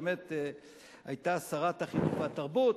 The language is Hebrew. שהיתה שרת החינוך והתרבות,